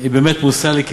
אני רוצה לומר לך,